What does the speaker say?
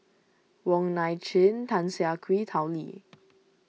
Wong Nai Chin Tan Siah Kwee Tao Li